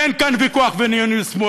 אין ויכוח בין ימין ושמאל.